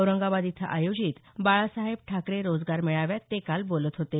औरंगाबाद इथं आयोजित बाळासाहेब ठाकरे रोजगार मेळाव्यात ते काल बोलत होते